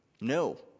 No